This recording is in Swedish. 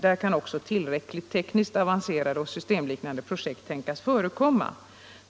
Där kan också tillräckligt tekniskt avancerade och systemliknande projekt tänkas förekomma.